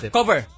Cover